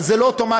אבל זה לא אוטומטי,